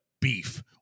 beef